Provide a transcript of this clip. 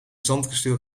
zandkasteel